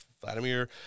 Vladimir